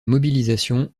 mobilisation